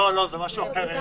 לא, לא, זה משהו אחר.